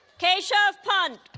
keshav pant